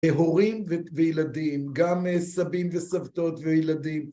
הורים וילדים, גם סבים וסבתות וילדים.